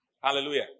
Hallelujah